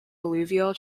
alluvial